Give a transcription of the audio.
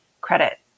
credit